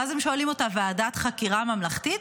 ואז הם שואלים אותה: ועדת חקירה ממלכתית?